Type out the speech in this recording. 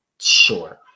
sure